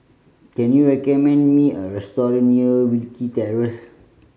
can you recommend me a restaurant near Wilkie Terrace